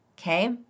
okay